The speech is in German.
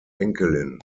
enkelin